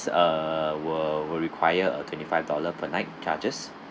uh we'll we'll require a twenty five dollar per night charges